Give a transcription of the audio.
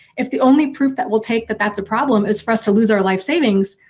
if the only proof that will take that that's a problem, is for us to lose our life savings,